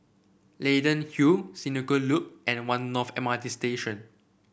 Leyden Hill Senoko Loop and One North M R T Station